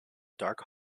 dark